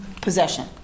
possession